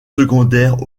secondaires